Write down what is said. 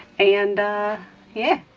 and yeah,